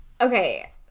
Okay